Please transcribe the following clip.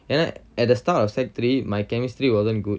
then right at the start of sec three my chemistry wasn't good